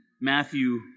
Matthew